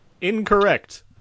Incorrect